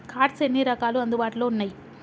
Cards ఎన్ని రకాలు అందుబాటులో ఉన్నయి?